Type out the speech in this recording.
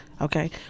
Okay